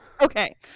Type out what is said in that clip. Okay